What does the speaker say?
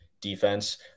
defense